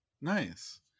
Nice